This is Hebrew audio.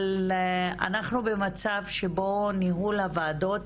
אבל אנחנו במצב שבו ניהול הוועדות